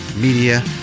Media